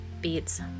beats